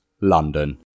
London